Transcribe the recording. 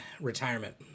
retirement